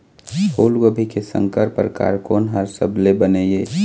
फूलगोभी के संकर परकार कोन हर सबले बने ये?